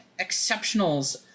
exceptionals